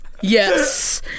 yes